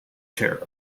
chair